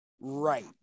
right